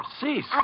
cease